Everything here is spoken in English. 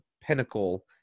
pinnacle